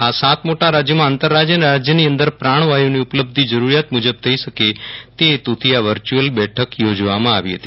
આ સાત મોટા રાજ્યોમાં આંતરરાજ્ય અને રાજ્યની અંદર પ્રાણવાયુની ઉપલબ્ધી જરૂરીયાત મુજબ થઈ શકે તે હેતુથી આ વર્ચ્યુઅલ બેઠક યોજવામાં આવી હતી